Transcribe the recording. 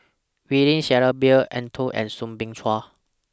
William Shellabear Eng Tow and Soo Bin Chua